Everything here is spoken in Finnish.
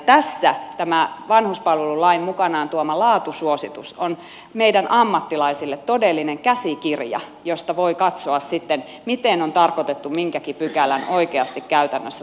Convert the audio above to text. tässä tämä vanhuspalvelulain mukanaan tuoma laatusuositus on meidän ammattilaisille todellinen käsikirja josta voi katsoa sitten miten on tarkoitettu minkäkin pykälän oikeasti käytännössä toteutuvan